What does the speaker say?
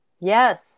Yes